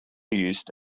used